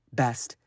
best